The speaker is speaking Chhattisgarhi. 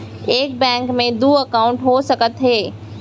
एक बैंक में दू एकाउंट हो सकत हे?